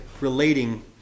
relating